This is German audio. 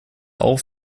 auf